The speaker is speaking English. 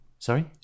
Sorry